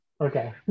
okay